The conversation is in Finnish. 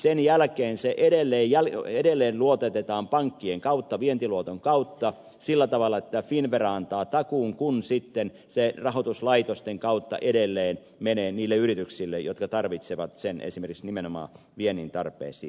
sen jälkeen se edelleen luototetaan pankkien kautta vientiluoton kautta sillä tavalla että finnvera antaa takuun kun sitten se rahoituslaitosten kautta edelleen menee niille yrityksille jotka tarvitsevat sen esimerkiksi nimenomaan viennin tarpeisiin